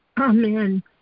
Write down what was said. Amen